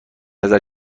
نظر